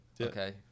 okay